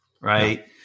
right